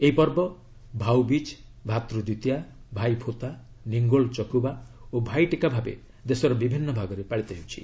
ଏହି ପର୍ବ 'ଭାଉ ବୀଜ୍' 'ଭ୍ରାତୃ ଦ୍ୱିତୀୟା' 'ଭାଇ ଫୋତା' 'ନିଙ୍ଗୋଲ୍ ଚକୁବା' ଓ 'ଭାଇ ଟୀକା' ଭାବେ ଦେଶର ବିଭିନ୍ନ ଭାଗରେ ପାଳିତ ହେଉଛି